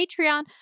Patreon